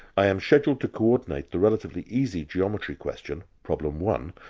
i am scheduled to co-ordinate the relatively easy geometry question, problem one,